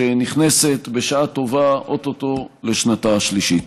שנכנסת בשעה טובה, או-טו-טו, לשנתה השלישית.